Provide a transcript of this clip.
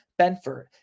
Benford